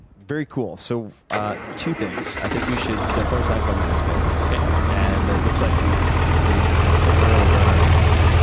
very cool, so ah two things i think we should definitely talk about myspace. okay. and it looks like we've we've temporarily run out of wine,